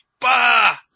Bah